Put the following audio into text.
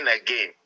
again